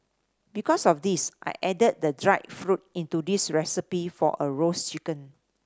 because of this I added the dried fruit into this recipe for a roast chicken